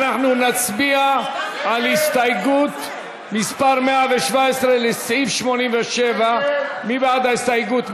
אנחנו נצביע על הסתייגות מס' 117 לסעיף 87. מי בעד ההסתייגות?